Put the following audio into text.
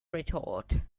retort